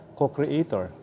co-creator